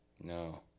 No